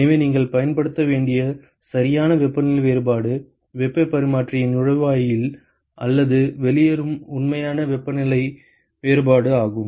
எனவே நீங்கள் பயன்படுத்த வேண்டிய சரியான வெப்பநிலை வேறுபாடு வெப்பப் பரிமாற்றியின் நுழைவாயில் அல்லது வெளியேறும் உண்மையான வெப்பநிலை வேறுபாடு ஆகும்